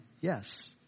Yes